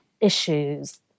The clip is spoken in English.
issues